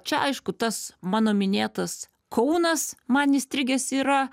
čia aišku tas mano minėtas kaunas man įstrigęs yra